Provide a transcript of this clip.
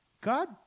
God